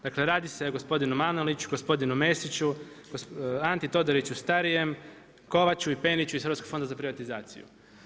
Dakle, se radi o gospodinu Manoliću, gospodinu Mesiću, Anti Todoriću starijem, Kovaču i Peniću iz Hrvatskog fonda za privatizaciju.